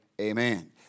amen